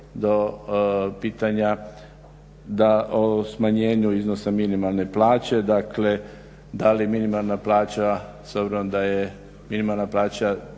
do pitanja da o smanjenju iznosa minimalne plaće, dakle da li minimalna plaća s obzirom da je minimalna plaća